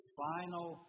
final